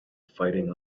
fighting